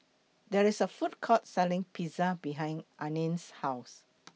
There IS A Food Court Selling Pizza behind Ariane's House